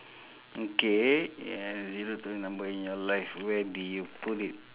okay a zero to a number in your life where do you put it